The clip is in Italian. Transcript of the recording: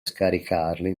scaricarli